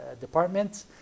department